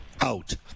Out